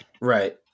Right